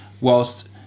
Whilst